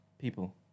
People